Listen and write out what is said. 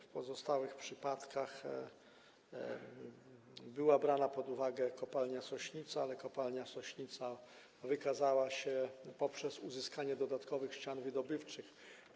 W pozostałych przypadkach była brana pod uwagę kopalnia Sośnica, ale kopalnia Sośnica wykazała się poprzez uzyskanie dodatkowych ścian wydobywczych.